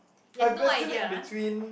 I vacillate between